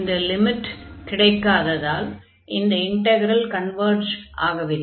இந்த லிமிட் கிடைக்காததால் இந்த இன்டக்ரல் கன்வர்ஜ் ஆகவில்லை